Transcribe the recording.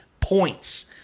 points